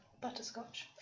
Butterscotch